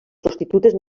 prostitutes